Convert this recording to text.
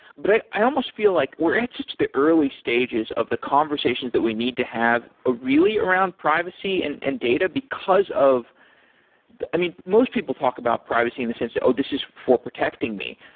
but i i almost feel like we're at such the early stages of the conversations that we need to have ah really around privacy and and data, because of i mean, most people talk about privacy in the sense that oh, this is for protecting me.